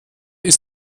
ist